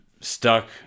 stuck